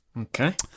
okay